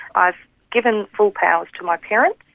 i've given full powers to my parents,